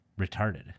retarded